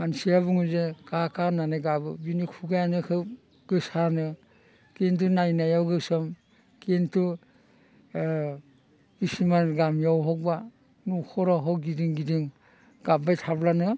मानसिया बुङो जे खा खा होननानै गाबो बिनि खुगायानो खोब गोसानो खिन्थु नायनायाव गोसोम खिन्थु किसुमान गामियाव हक बा न'खराव हक गिदिं गिदिं गाबबाय थाब्लानो